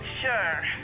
sure